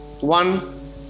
one